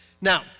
Now